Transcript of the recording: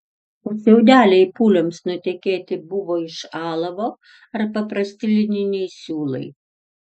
o šiaudeliai pūliams nutekėti buvo iš alavo ar paprasti lininiai siūlai